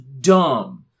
dumb